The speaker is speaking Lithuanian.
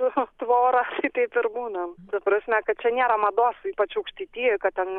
su tvora taip ir būnam ta prasme kad čia nėra mados ypač aukštaitijoj kad ten